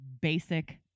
basic